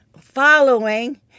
following